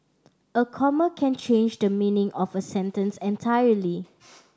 a comma can change the meaning of a sentence entirely